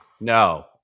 No